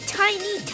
tiny